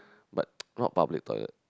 but not public toilet